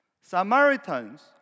Samaritans